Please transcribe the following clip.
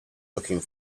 looking